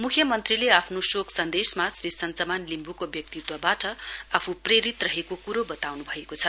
म्ख्यमन्त्रीले आफ्नो शोक सन्देसमा श्री सञ्चमान लिम्ब्को व्यक्तित्वबाट आफू प्रेरित रहेको कुरो बताउनु भएको छ